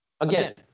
Again